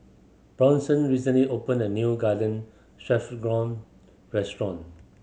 Bronson recently opened a new Garden Stroganoff restaurant